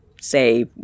say